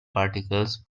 particles